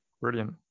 brilliant